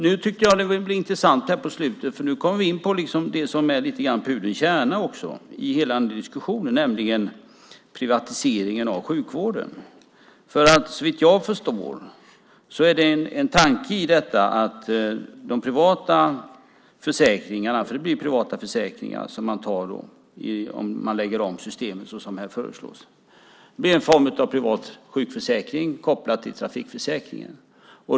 Nu tyckte jag att det blev intressant här på slutet, för nu kom vi in på det som är något av pudelns kärna i hela den här diskussionen, nämligen privatiseringen av sjukvården. Såvitt jag förstår är en tanke i detta att de privata försäkringarna - det blir privata försäkringar som man tar om systemet läggs om såsom här föreslås - blir en form av privat sjukförsäkring kopplad till trafikförsäkringen.